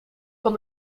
van